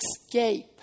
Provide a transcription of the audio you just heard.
escape